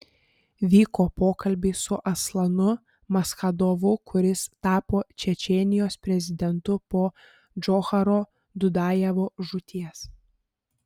vyko pokalbiai su aslanu maschadovu kuris tapo čečėnijos prezidentu po džocharo dudajevo žūties